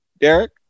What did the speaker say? Derek